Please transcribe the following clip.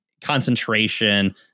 concentration